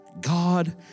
God